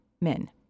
men